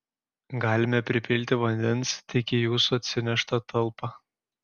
galime pripilti vandens tik į jūsų atsineštą talpą